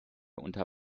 unter